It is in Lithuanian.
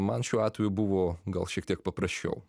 man šiuo atveju buvo gal šiek tiek paprasčiau